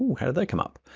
how do they come up,